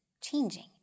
changing